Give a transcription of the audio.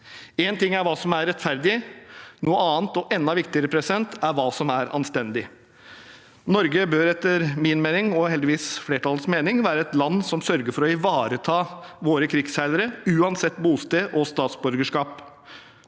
Én ting er hva som er rettferdig, noe annet og enda viktigere er hva som er anstendig. Norge bør etter min mening – og heldigvis flertallets mening – være et land som sørger for å ivareta sine krigsseilere, uansett bosted og statsborgerskap,